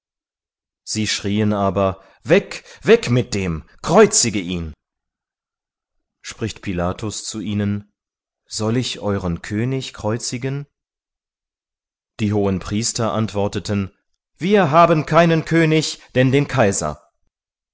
sie schrieen aber weg weg mit dem kreuzige ihn spricht pilatus zu ihnen soll ich euren könig kreuzigen die hohenpriester antworteten wir haben keinen könig denn den kaiser